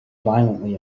violently